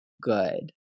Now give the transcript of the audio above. good